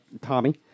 Tommy